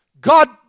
God